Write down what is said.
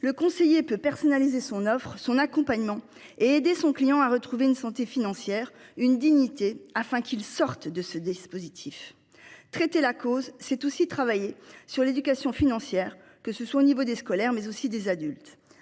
le conseiller peut personnaliser son offre son accompagnement et aider son client a retrouvé une santé financière une dignité afin qu'il sorte de ce dispositif. Traiter la cause c'est aussi travailler sur l'éducation financière, que ce soit au niveau des scolaires mais aussi des adultes.